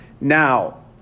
Now